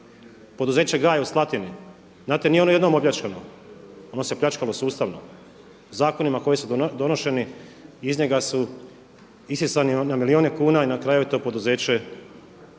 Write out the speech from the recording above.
Poduzeće „Gaj“ u Slatini, znate nije on jednom opljačkano, ono se pljačkalo sustavno. Zakonima koji su donošeni iz njega su isisani na milijune kuna i na kraj je to poduzeće